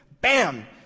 Bam